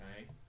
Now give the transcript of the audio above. okay